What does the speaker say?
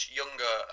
younger